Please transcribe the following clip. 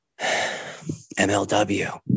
MLW